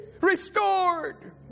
restored